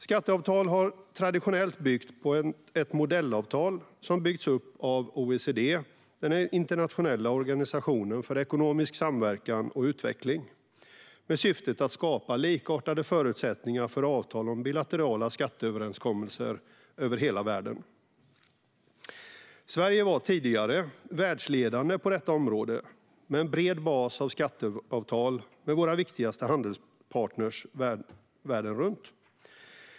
Skatteavtal har traditionellt byggt på ett modellavtal som byggts upp av OECD, den internationella organisationen för ekonomisk samverkan och utveckling, med syftet att skapa likartade förutsättningar för avtal om bilaterala skatteöverenskommelser över hela världen. Sverige var tidigare världsledande på detta område, med en bred bas av skatteavtal med våra viktigaste handelspartner världen runt.